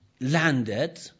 landed